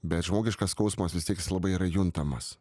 bet žmogiškas skausmas vis tiek jisai labai yra juntamas